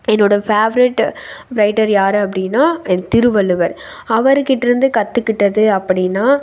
என்னோட favourite writer யார் அப்படினா திருவள்ளுவர் அவர்கிட்ட இருந்து கற்றுக்கிட்டது அப்படினா